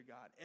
God